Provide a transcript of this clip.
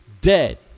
dead